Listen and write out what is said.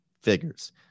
figures